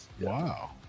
wow